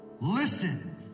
Listen